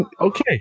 Okay